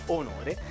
onore